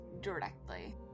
directly